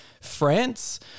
France